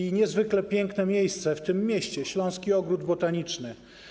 I niezwykle piękne miejsce w tym mieście - Śląski Ogród Botaniczny.